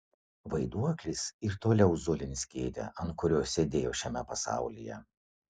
vaiduoklis ir toliau zulins kėdę ant kurios sėdėjo šiame pasaulyje